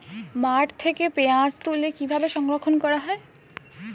মাঠ থেকে পেঁয়াজ তুলে কিভাবে সংরক্ষণ করা হয়?